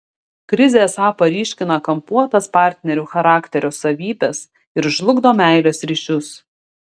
krizė esą paryškina kampuotas partnerių charakterio savybes ir žlugdo meilės ryšius